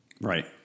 Right